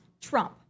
Trump